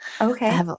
okay